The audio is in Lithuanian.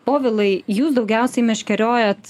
povilai jūs daugiausiai meškeriojat